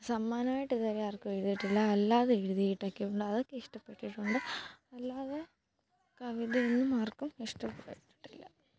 സമ്മാനമായിട്ട് ഇതുവരെ ആർക്കും എഴുതിയിട്ടില്ല അല്ലാതെ എഴുതിയിട്ടൊക്കെ ഉണ്ട് അതൊക്കെ ഇഷ്ടപ്പെട്ടിട്ടുണ്ട് അല്ലാതെ കവിതയൊന്നും ആർക്കും ഇഷ്ടപ്പെട്ടിട്ടില്ല